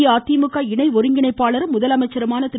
அஇஅதிமுக இணை ஒருங்கிணைப்பாளரும் முதலமைச்சருமான திரு